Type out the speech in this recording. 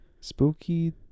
spooky